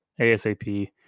ASAP